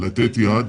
לתת יד